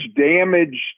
damaged